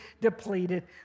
depleted